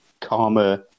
karma